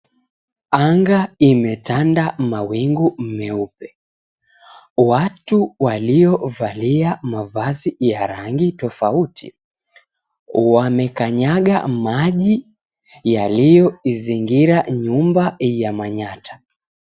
Anga imetanda mawingu meupe. Watu waliovalia mavazi ya rangi tofauti, wamekanyaga maji yaliyozingira nyumba ya manyata.